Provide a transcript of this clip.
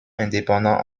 indépendants